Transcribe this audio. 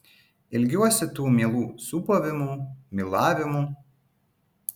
ilgiuosi tų mielų sūpavimų mylavimų